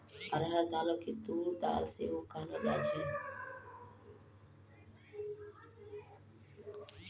अरहर दालो के तूर दाल सेहो कहलो जाय छै